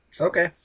Okay